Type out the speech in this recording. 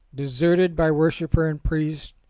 deserted by worshipper and priest,